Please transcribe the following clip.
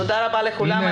תודה רבה לכולם.